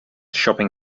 shopping